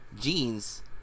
jeans